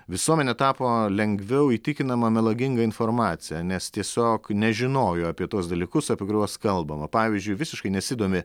visuomenė tapo lengviau įtikinama melaginga informacija nes tiesiog nežinojo apie tuos dalykus apie kuriuos kalbama pavyzdžiui visiškai nesidomi